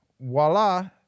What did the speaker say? voila